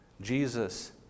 Jesus